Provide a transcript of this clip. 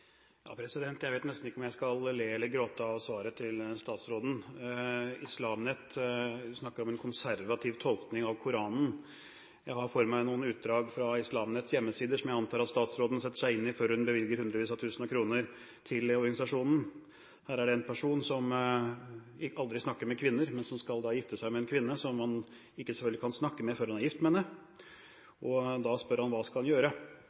Jeg vet nesten ikke om jeg skal le eller gråte av svaret til statsråden. Islam Net – statsråden snakker om en konservativ tolkning av Koranen. Jeg har foran meg noen utdrag fra Islam Nets hjemmesider, som jeg antar at statsråden setter seg inn i før hun bevilger hundrevis av tusen kroner til organisasjonen. Her er det en person som aldri snakker med kvinner, men som skal gifte seg med en kvinne, som han selvfølgelig ikke kan snakke med før han er gift med henne, og han spør hva skal han gjøre.